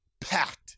packed